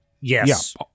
Yes